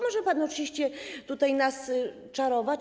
Może pan oczywiście tutaj nas czarować.